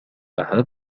أهذا